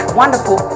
wonderful